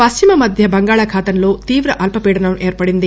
పశ్చిమ మధ్య బంగాళాఖాతంలో తీవ్ర అల్పపీడనం ఏర్పడింది